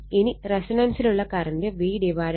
ഇനി റെസൊണൻസിലുള്ള current VR ആണ്